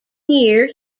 year